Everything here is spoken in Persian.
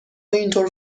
اینطور